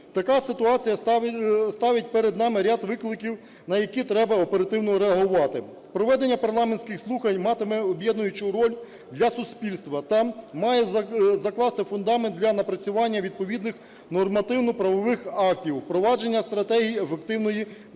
Така ситуація ставить перед нами ряд викликів, на які треба оперативно реагувати. Проведення парламентських слухань матиме об'єднуючу роль для суспільства та має закласти фундамент для напрацювання відповідних нормативно-правових актів, впровадження стратегії ефективної державної